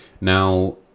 Now